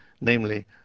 namely